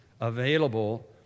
available